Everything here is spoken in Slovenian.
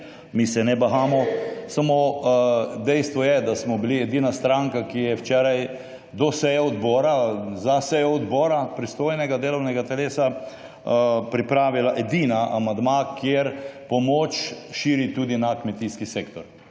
Mi se ne bahamo. Samo dejstvo je, da smo bili edina stranka, ki je včeraj do seje odbora, za sejo odbora pristojnega delovnega telesa pripravila edina amandma, kjer pomoč širi tudi na kmetijski sektor.